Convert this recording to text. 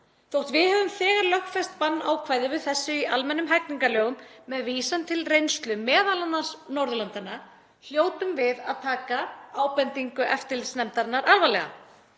Þótt við höfum þegar lögfest bannákvæði við þessu í almennum hegningarlögum, m.a. með vísan til reynslu Norðurlandanna, hljótum við að taka ábendingu eftirlitsnefndarinnar alvarlega.